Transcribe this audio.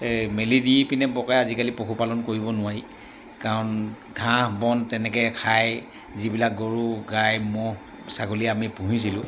এই মেলি দি পিনে বৰকৈ আজিকালি পশুপালন কৰিব নোৱাৰি কাৰণ ঘাঁহ বন তেনেকৈ খাই যিবিলাক গৰু গাই ম'হ ছাগলী আমি পুহিছিলোঁ